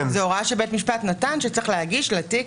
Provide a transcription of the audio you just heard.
זו הוראה שבית המשפט נתן, שצריך להגיש לתיק.